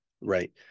Right